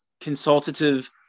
consultative